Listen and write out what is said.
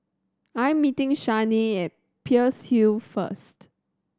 I'm meeting Shanae at Peirce Hill first